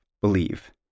believe